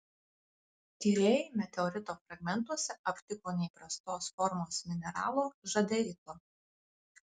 tyrėjai meteorito fragmentuose aptiko neįprastos formos mineralo žadeito